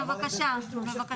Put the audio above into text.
בבקשה.